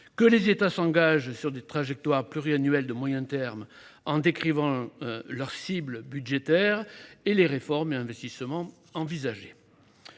que les États s'engagent sur des trajectoires pluriannuelles de moyen terme en décrivant leurs cibles budgétaires et les réformes et investissements envisagés.